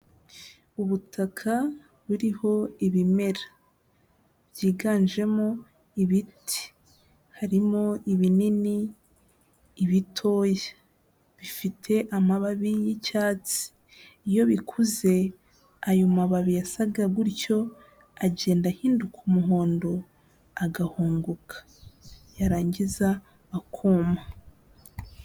Ubutaka buriho ibimera byiganjemo ibiti, harimo ibinini, ibitoya, bifite amababi y'icyatsi, iyo bikuze ayo mababi yasaga gutyo agenda ahinduka umuhondo, agahunguka, yarangiza akuma.